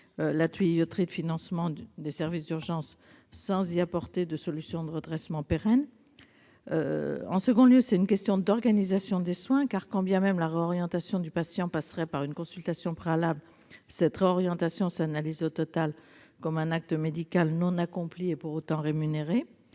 la tuyauterie de financement des services d'urgences sans y apporter de solution de redressement pérenne. En deuxième lieu, le dispositif pose une question d'organisation des soins. Quand bien même la réorientation du patient passerait par une consultation préalable, cette réorientation s'analyse au total comme un acte médical non accompli et pour autant rémunéré.